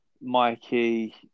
Mikey